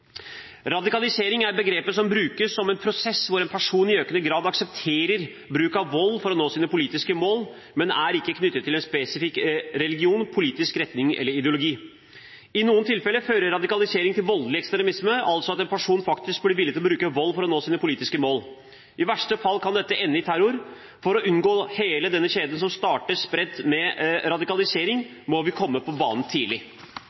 Radikalisering er begrepet som brukes om en prosess hvor en person i økende grad aksepterer bruk av vold for å nå sine politiske mål, men er ikke knyttet til en spesifikk religion, politisk retning eller ideologi. I noen tilfeller fører radikalisering til voldelig ekstremisme, altså at en person faktisk blir villig til å bruke vold for å nå sine politiske mål. I verste fall kan dette ende i terror. For å unngå hele denne kjeden som starter spredt med radikalisering, må vi komme på banen tidlig.